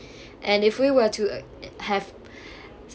and if we were to have